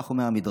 כך אומר המדרש.